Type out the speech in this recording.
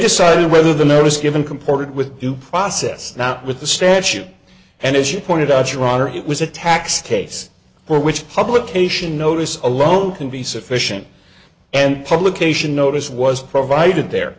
decided whether the notice given comported with new process not with the statute and as you pointed out your honor it was a tax case for which publication notice alone can be sufficient and publication notice was provided there